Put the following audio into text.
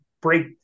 break